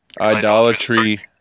Idolatry